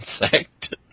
Insect